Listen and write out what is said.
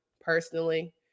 personally